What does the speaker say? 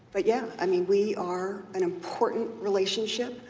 but yeah i mean we are an important relationship,